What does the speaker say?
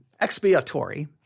expiatory